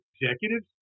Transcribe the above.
executives